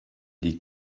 des